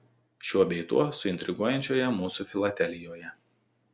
šiuo bei tuo suintriguojančioje mūsų filatelijoje